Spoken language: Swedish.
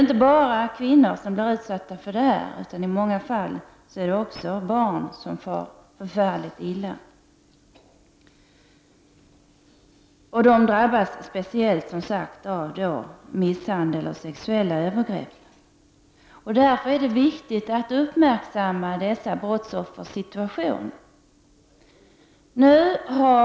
Inte bara kvinnor blir utsatta för våld i hemmen, utan i många fall är det också barn som far förfärligt illa. Barn drabbas speciellt av misshandel och sexuella övergrepp. Det är viktigt att uppmärksamma dessa brottsoffers situation.